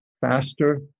faster